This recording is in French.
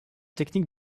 technique